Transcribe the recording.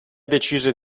decise